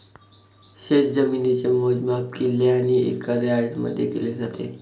शेतजमिनीचे मोजमाप किल्ले आणि एकर यार्डमध्ये केले जाते